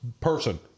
Person